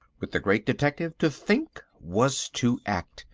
with the great detective to think was to act,